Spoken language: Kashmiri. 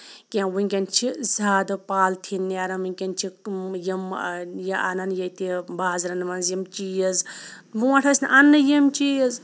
کینٛہہ ونکیٚن چھِ زیادٕ پالتھیٖن نیران ونکیٚن چھِ یِم یہِ اَنان ییٚتہِ بازرَن مَنٛز یِم چیٖز بونٛٹھ ٲسۍ نہٕ اَننٕے یِم چیٖز